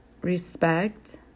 respect